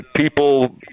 people